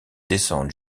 descendent